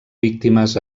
víctimes